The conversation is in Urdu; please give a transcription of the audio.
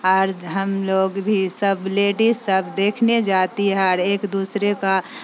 اور ہم لوگ بھی سب لیڈیز سب دیکھنے جاتی ہے ایک دوسرے کا